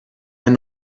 ein